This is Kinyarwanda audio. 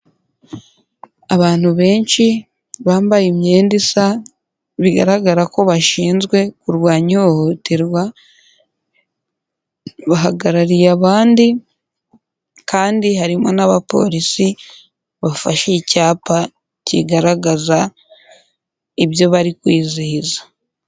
Abantu benshi bambaye imyenda isa bigaragara ko bashinzwe kurwanya ihohoterwa, bahagarariye abandi kandi harimo n'abapolisi bafashe icyapa kigaragaza ibyo bari kwizihiza.